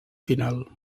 final